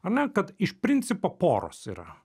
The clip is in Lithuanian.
ar ne kad iš principo poros yra